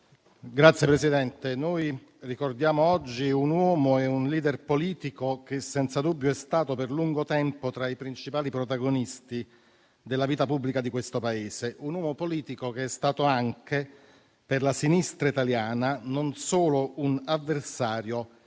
Signor Presidente, ricordiamo oggi un uomo e un *leader* politico che, senza dubbio, è stato per lungo tempo tra i principali protagonisti della vita pubblica di questo Paese; un uomo politico che è stato anche, per la sinistra italiana, non solo un avversario,